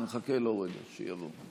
נחכה לו רגע שיבוא.